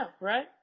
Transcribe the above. right